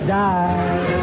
die